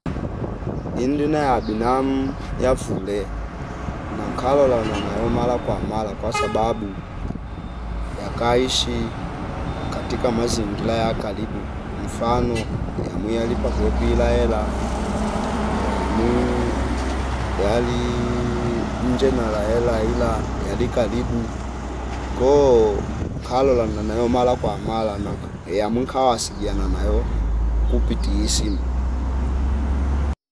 Indina ya binamu yafule nankalola nano yomala kwa mala kwasababu yakaishi katika mazingila ya karibu mfano yamu yalipa kwepila ela naya mwi yalii nje na laela ila yali kalibu koo nkalola nnana yo mala kwa mala na nka yamwika wasilia nayo kupiti simu